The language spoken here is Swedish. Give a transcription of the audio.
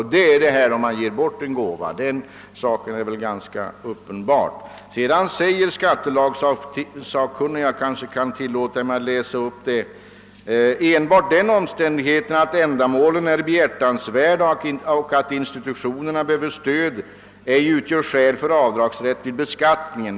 Ger man bort en gåva så är det en levnadskostnad — den saken är väl ganska uppenbar. Skattelagssakkunniga har uttalat — jag citerar ur bevillningsutskottets förevarande betänkande — »att enbart den omständigheten att ändamålen är behjärtansvärda och att institutionerna behöver stöd ej utgör skäl för avdragsrätt vid beskattningen.